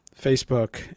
Facebook